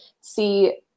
see